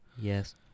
Yes